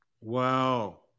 Wow